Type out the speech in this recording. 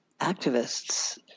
activists